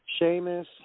Seamus